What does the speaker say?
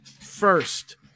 first